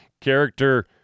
character